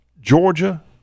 Georgia